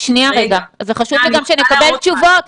זה חשוב לי גם שנקבל תשובות,